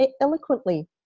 Eloquently